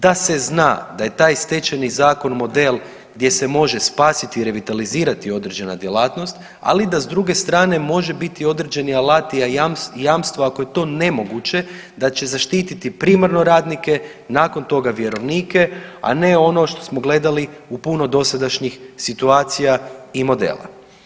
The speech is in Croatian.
Da se zna da je taj stečajni zakon model gdje se može spasiti i revitalizirati određena djelatnost, ali da s druge strane može biti i određeni alati i jamstva ako je to nemoguće da će zaštititi primarno radnike, nakon toga vjerovnike a ne ono što smo gledali u puno dosadašnjih situacija i modela.